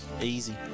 easy